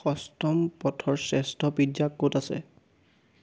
ষষ্ঠম পথৰ শ্ৰেষ্ঠ পিজ্জা ক'ত আছে